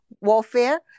warfare